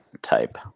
type